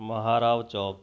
Maharao Chowk